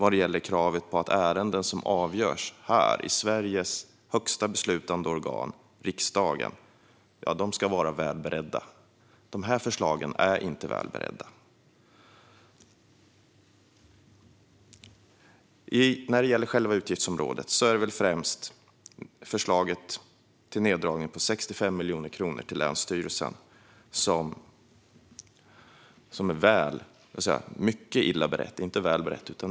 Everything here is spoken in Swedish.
Det finns krav på att ärenden som avgörs här i Sveriges högsta beslutande organ, riksdagen, ska vara väl beredda. De här förslagen är inte väl beredda. När det gäller själva utgiftsområdet är det väl främst förslaget till neddragning på 65 miljoner kronor för länsstyrelserna som är mycket illa berett.